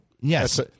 Yes